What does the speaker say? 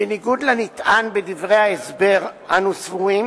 בניגוד לנטען בדברי ההסבר, אנו סבורים